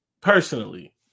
Personally